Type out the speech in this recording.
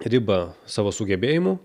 ribą savo sugebėjimų